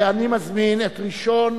אני מזמין את ראשון